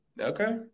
Okay